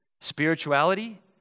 spirituality